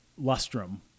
lustrum